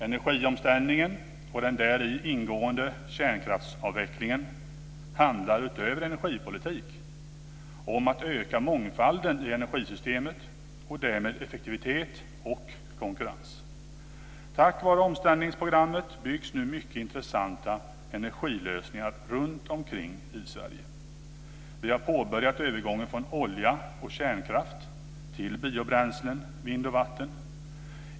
Energiomställningen och den däri ingående kärnkraftsavvecklingen handlar utöver energipolitik om att öka mångfalden i energisystemet och därmed effektiviteten och konkurrensen. Tack vare omställningsprogrammet byggs nu mycket intressanta energilösningar runt om i Sverige. Vi har påbörjat övergången från olja och kärnkraft till biobränslen, vind och vatten.